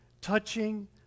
touching